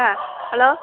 ஆ hello